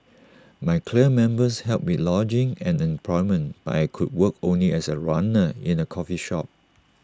my clan members helped with lodging and employment but I could work only as A runner in A coffee shop